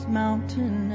mountain